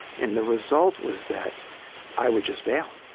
and the result was that i would just bail.